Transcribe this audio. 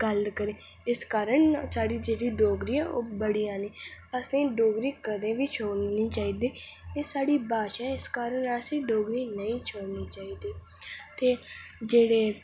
गल्ल करनी इस कारण साढ़ी जेह्ड़ी डोगरी ऐ ओह् बड़ी जानी अस डोगरी कदें बी छोड़नी नेईं चाहिदी एह् साढ़ी मातर भाशा ऐ ते असें गी डेगरी नेईं छोड़नी चाहिदी जेहड़े